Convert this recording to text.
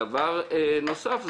דבר נוסף,